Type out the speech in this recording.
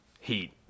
Heat